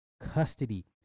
custody